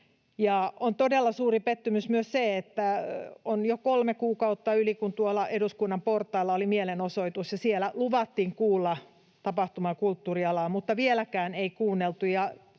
on todella suuri pettymys myös se, että kun on jo yli kolme kuukautta siitä, kun tuolla eduskunnan portailla oli mielenosoitus ja siellä luvattiin kuulla tapahtuma- ja kulttuurialaa, niin vieläkään ei kuunneltu.